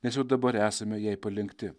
nes jau dabar esame jai palenkti